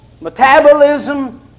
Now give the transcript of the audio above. metabolism